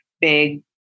big